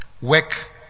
Work